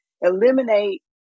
eliminate